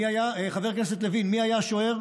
חבר כנסת לוין, מי היה השוער?